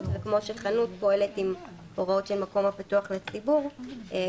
-- לא יפעיל אדם מקום או עסק כמפורט בפסקאות משנה (2א) עד (8),